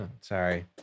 sorry